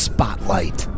Spotlight